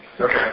Okay